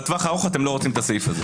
בטווח הארוך אתם לא רוצים את הסעיף הזה.